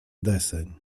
deseń